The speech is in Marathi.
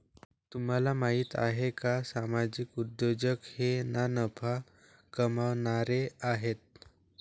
तुम्हाला माहिती आहे का सामाजिक उद्योजक हे ना नफा कमावणारे आहेत